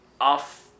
off